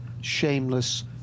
Shameless